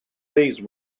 these